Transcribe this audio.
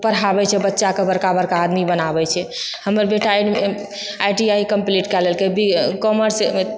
पढ़ाबैत छै बच्चाके बड़का बड़का आदमी बनाबैत छै हमर बेटा आई टी आई कम्पलीट कए लेलकै कॉमर्स